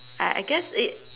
I I guess it